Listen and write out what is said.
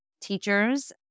teachers